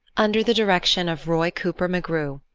under the direction of roi cooper megrue.